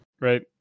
right